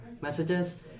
messages